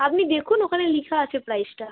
আপনি দেখুন ওখানে লিখা আছে প্রাইসটা